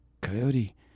Coyote